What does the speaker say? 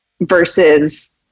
versus